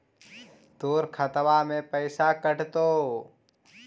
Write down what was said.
तोर खतबा से पैसा कटतो?